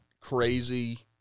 crazy